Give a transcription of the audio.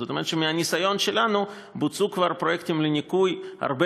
זאת אומרת שמהניסיון שלנו בוצעו כבר פרויקטים הרבה